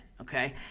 okay